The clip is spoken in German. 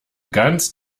ganz